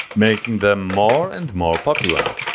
making them more and more popular.